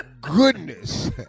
Goodness